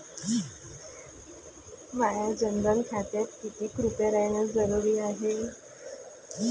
माह्या जनधन खात्यात कितीक रूपे रायने जरुरी हाय?